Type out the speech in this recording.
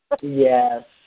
Yes